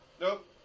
Nope